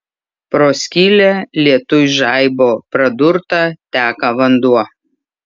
pro skylę lietuj žaibo pradurtą teka vanduo